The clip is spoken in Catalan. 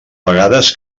vegades